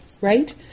right